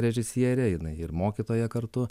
režisierė jinai ir mokytoja kartu